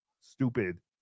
stupid